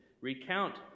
Recount